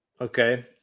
Okay